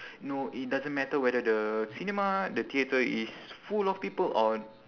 no it doesn't matter whether the cinema the theater is full of people or